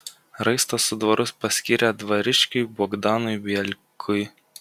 raistą su dvaru paskyrė dvariškiui bogdanui bielkui